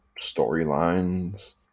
storylines